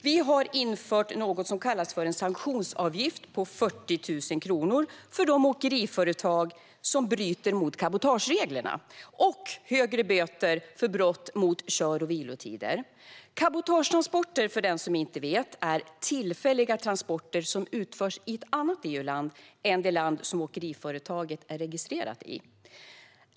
Vi har infört en sanktionsavgift på 40 000 kronor för de åkeriföretag som bryter mot cabotagereglerna samt högre böter för brott mot kör och vilotider. Cabotagetransporter, för den som inte vet, är tillfälliga transporter som utförs i ett annat EU-land än det land som åkeriföretaget är registrerat i.